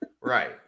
Right